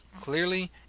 clearly